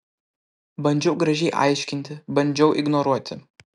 bandžiau gražiai aiškinti bandžiau ignoruoti